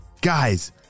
guys